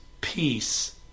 peace